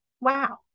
wow